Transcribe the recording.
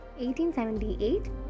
1878